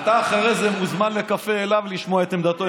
אתה אחרי זה מוזמן לקפה אליו לשמוע את עמדתו,